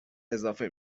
اضافه